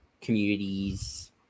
communities